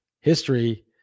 history